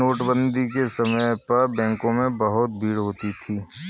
नोटबंदी के समय पर बैंकों में बहुत भीड़ होती थी